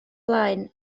blaen